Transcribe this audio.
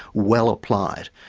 well applied.